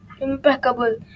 impeccable